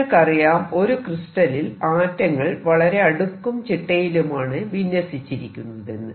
നിങ്ങൾക്കറിയാം ഒരു ക്രിസ്റ്റലിൽ ആറ്റങ്ങൾ വളരെ അടുക്കും ചിട്ടയിലുമാണ് വിന്യസിച്ചിരിക്കുന്നതെന്ന്